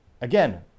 again